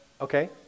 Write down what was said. Okay